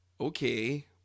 Okay